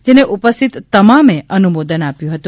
જેને ઉપસ્થિતિ તમામે અનુમોદન આપ્યું હતું